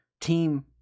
team